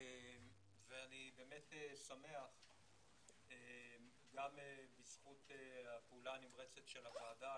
אני באמת שמח גם בזכות הפעולה הנמרצת של הוועדה,